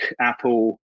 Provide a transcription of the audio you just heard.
Apple